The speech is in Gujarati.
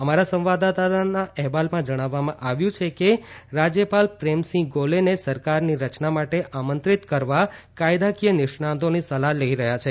અમારા સંવાદદાતાના અહેવાલમાં જણાવવામાં આવ્યું છે કે રાજ્યપાલ પ્રેમસિંહ ગોલેને સરકારની રચના માટે આમંત્રિત કરવા કાયદાકીય નિષ્ણાતોની સલાહ લઈ રહ્યા છે